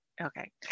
Okay